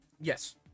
Yes